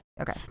Okay